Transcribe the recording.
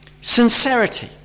Sincerity